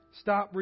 stop